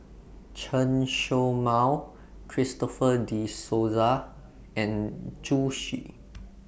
Chen Show Mao Christopher De Souza and Zhu Xu